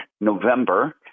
November